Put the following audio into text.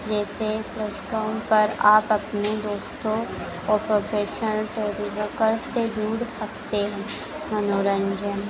जैसे प्लसफ़ॉम पर आप अपने दोस्तों ओर प्रोफे़शनल टेलिवकर से जुड़ सकते हैं मनोरंजन